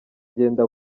ngenda